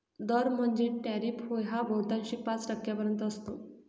दर म्हणजेच टॅरिफ होय हा बहुतांशी पाच टक्क्यांपर्यंत असतो